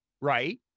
right